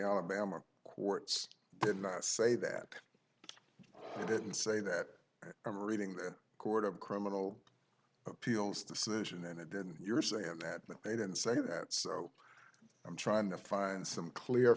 alabama courts did not say that i didn't say that i'm reading the court of criminal appeals decision and you're saying that they didn't say that so i'm trying to find some clear